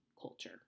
culture